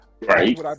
Right